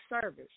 service